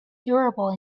durable